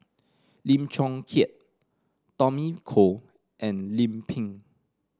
Lim Chong Keat Tommy Koh and Lim Pin